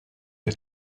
che